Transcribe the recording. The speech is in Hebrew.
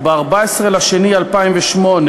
וב-14 בפברואר 2008,